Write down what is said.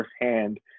firsthand